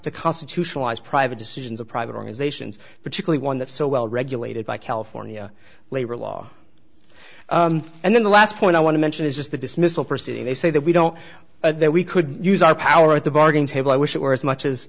to constitutionalized private decisions of private organizations particularly one that so well regulated by california labor law and then the last point i want to mention is just the dismissal proceeding they say that we don't that we could use our power at the bargaining table i wish it were as much as